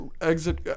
exit